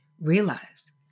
realize